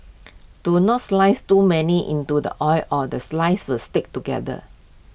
do not slice too many into the oil or the slices was stick together